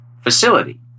facility